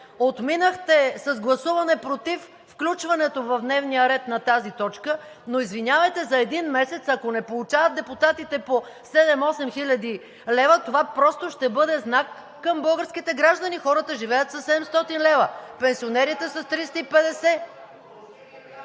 Отминахте с гласуване „против“ включването в дневния ред на тази точка, но, извинявайте, за един месец ако не получават депутатите по 7 – 8 хил. лв., това просто ще бъде знак към българските граждани. Хората живеят със 700 лв., пенсионерите с 350